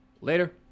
Later